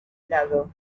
lado